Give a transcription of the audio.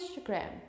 Instagram